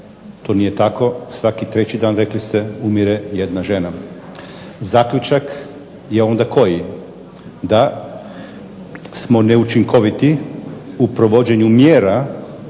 to nije tako, svaki treći dan rekli ste umire jedna žena. Zaključak je onda koji? Da smo neučinkoviti u provođenju mjera